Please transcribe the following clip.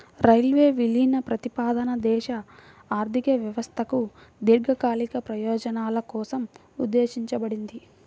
railway విలీన ప్రతిపాదన దేశ ఆర్థిక వ్యవస్థకు దీర్ఘకాలిక ప్రయోజనాల కోసం ఉద్దేశించబడింది